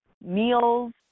meals